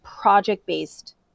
project-based